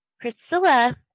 Priscilla